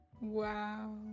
Wow